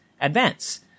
advance